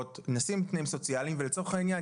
נושאים פנים סוציאליים ולצורך העניין,